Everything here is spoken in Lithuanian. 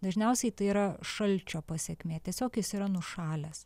dažniausiai tai yra šalčio pasekmė tiesiog jis yra nušalęs